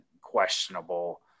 questionable